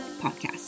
podcast